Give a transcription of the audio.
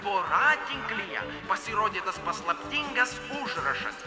voratinklyje pasirodė tas paslaptingas užrašas